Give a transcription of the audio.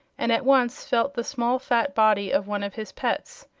and at once felt the small fat body of one of his pets.